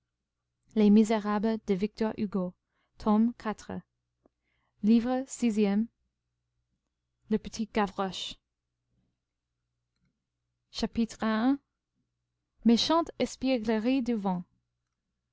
livre sixième le petit gavroche chapitre i méchante espièglerie du vent